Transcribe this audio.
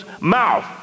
mouth